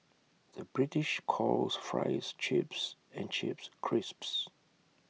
the British calls Fries Chips and Chips Crisps